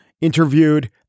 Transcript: interviewed